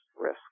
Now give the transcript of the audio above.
risk